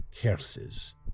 curses